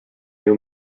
new